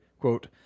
quote